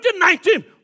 2019